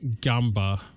Gamba